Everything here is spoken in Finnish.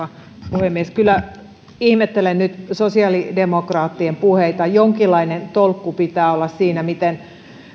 puhemies kyllä ihmettelen nyt sosiaalidemokraattien puheita jonkinlainen tolkku pitää olla siinä miten